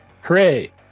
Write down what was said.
Hooray